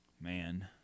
man